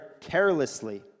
carelessly